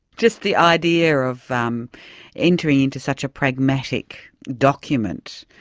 just the idea of um entering into such a pragmatic document,